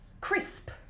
Crisp